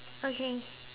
okay